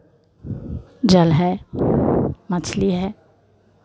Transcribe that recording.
जल है मछली है